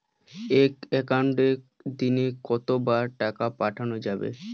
এক একাউন্টে দিনে কতবার টাকা পাঠানো যাবে?